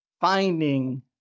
finding